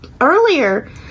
earlier